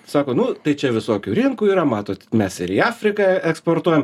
sako nu tai čia visokių rinkų yra matot mes ir į afriką eksportuojam